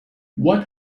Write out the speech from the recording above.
what